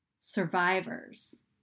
survivors